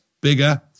bigger